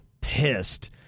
pissed